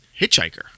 hitchhiker